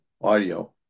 audio